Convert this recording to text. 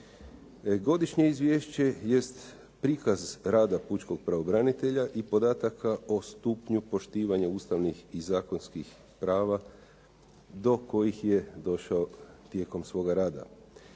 Godišnje izvješće jest prikaz rada pučkog pravobranitelja i podataka o stupnju poštivanja ustavnih i zakonskih prava do kojih je došao tijekom svoga rada.